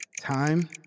Time